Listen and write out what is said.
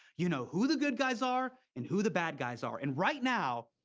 you know who the good guys are and who the bad guys are, and right now.